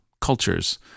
cultures